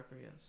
Yes